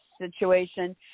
situation